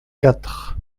quatre